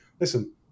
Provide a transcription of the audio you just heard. listen